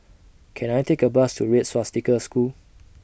Can I Take A Bus to Red Swastika School